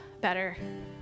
better